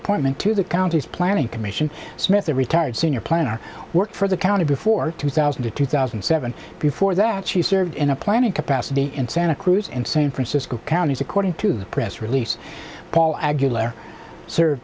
appointment to the county's planning commission smith a retired senior planner worked for the county before two thousand to two thousand and seven before that she served in a planning capacity in santa cruz and san francisco counties according to the press release paul